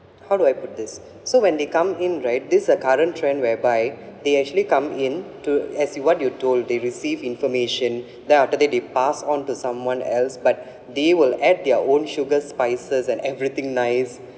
how do I put this so when they come in right this a current trend whereby they actually come in to as you what you told they receive information then after that they passed onto someone else but they will add their own sugar spices and everything nice